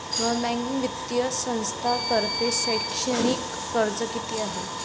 Non banking वित्तीय संस्थांतर्फे शैक्षणिक कर्ज किती आहे?